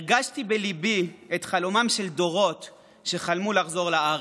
הרגשתי בליבי את חלומם של דורות שחלמו לחזור לארץ.